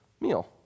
meal